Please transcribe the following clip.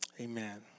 Amen